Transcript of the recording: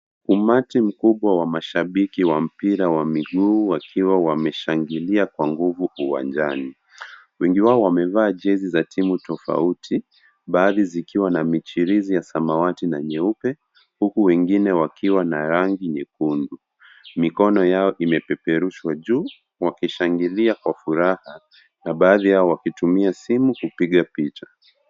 Umati mkubwa wa mashabiki wa mpira wa miguu, wakiwa wameshangilia kwa nguvu uwanjani. Wengi wao wamevaa jezi za timu tofauti, baadhi zikiwa na michirizi ya samawati na nyeupe, huku wengine wakiwa na rangi nyekundu. Mikono yao imepeperushwa juu, wakishangilia kwa furaha, na baadhi yao wakitumia simu kupiga picha.